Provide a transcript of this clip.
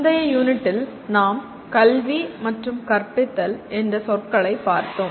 முந்தைய யூனிட்டில் நாம் கல்வி மற்றும் கற்பித்தல் என்ற சொற்களைப் பார்த்தோம்